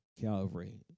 Calvary